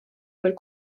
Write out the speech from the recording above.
mill